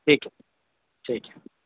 ٹھیک ہے ٹھیک ہے